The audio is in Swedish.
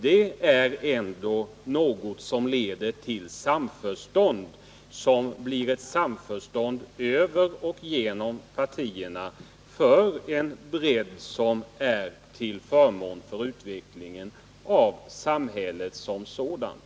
Det är ändå någonting som leder till ett samförstånd över och genom partierna och som är till förmån för utvecklingen av samhället som sådant.